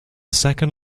second